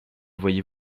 voyez